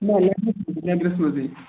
نہَ لیٚدرَس مَنٛزٕ لیٚدرس منٛزٕے